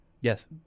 Yes